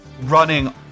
running